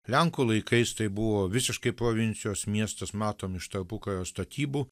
lenkų laikais tai buvo visiškai provincijos miestus matom iš tarpukario statybų